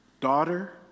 daughter